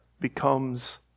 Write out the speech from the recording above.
becomes